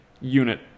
unit